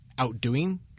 outdoing